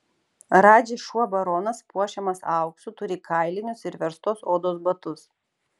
radži šuo baronas puošiamas auksu turi kailinius ir verstos odos batus